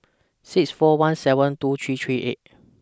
six four one seven two three three eight